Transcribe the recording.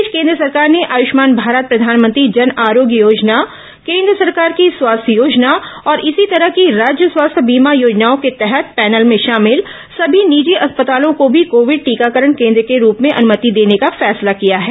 इस बीच केंद्र सरकार ने आयुष्मान भारत प्रधानमंत्री जन आरोग्य योजना केंद्र सरकार की स्वास्थ्य योजना और इसी तरह की राज्य स्वास्थ्य बीमा योजनाओं के तहत पैनल में शामिल सभी निजी अस्पतालों को भी कोविड टीकाकरण केंद्र के रूप में अनुमति देने का फैसला किया है